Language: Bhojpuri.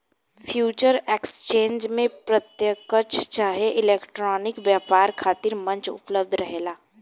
फ्यूचर एक्सचेंज में प्रत्यकछ चाहे इलेक्ट्रॉनिक व्यापार खातिर मंच उपलब्ध रहेला